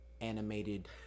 animated